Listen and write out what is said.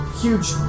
huge